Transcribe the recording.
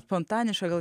spontanišką gal